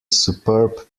superb